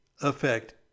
affect